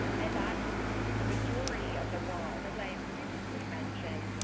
and that is the majority of the world. as i have previously mentioned,